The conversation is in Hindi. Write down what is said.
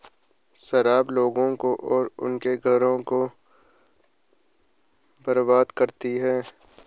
शराब लोगों को और उनके घरों को बर्बाद करती है